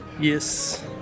Yes